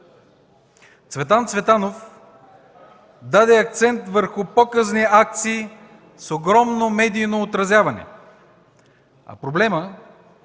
Цветан Цветанов даде акцент върху показни акции с огромно медийно отразяване, а проблемът